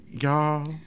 y'all